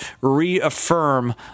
reaffirm